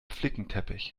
flickenteppich